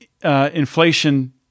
inflation